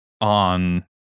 on